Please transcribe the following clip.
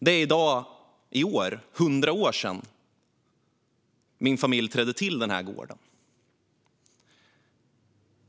Det är i år 100 år sedan min familj trädde till gården.